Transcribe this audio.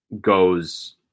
goes